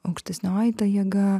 aukštesnioji jėga